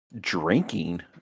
drinking